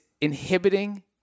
inhibiting